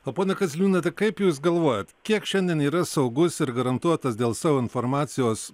o ponia kaziliūnaite kaip jūs galvojat kiek šiandien yra saugus ir garantuotas dėl savo informacijos